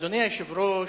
אדוני היושב-ראש,